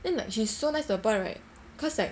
then like she's so nice to the point right cause like